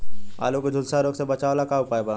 आलू के झुलसा रोग से बचाव ला का उपाय बा?